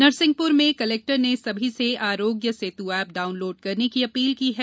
नरसिंहपुर में कलेक्टर ने सभी से आरोग्य सेतु एप डाउनलोड करने की अपील की है